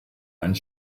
einen